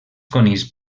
conills